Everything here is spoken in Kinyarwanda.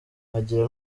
nkagira